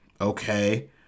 okay